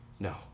No